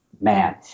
Man